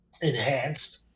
enhanced